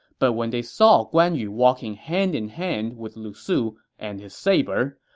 but when they saw guan yu walking hand in hand with lu su and his saber,